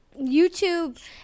YouTube